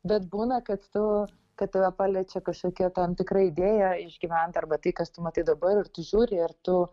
bet būna kad tu kad tave paliečia kažkokia tam tikra idėja išgyventa arba tai kas tu matai dabar ir tu žiūri ir tu